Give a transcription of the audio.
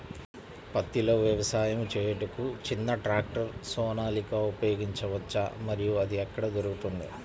పత్తిలో వ్యవసాయము చేయుటకు చిన్న ట్రాక్టర్ సోనాలిక ఉపయోగించవచ్చా మరియు అది ఎక్కడ దొరుకుతుంది?